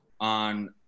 on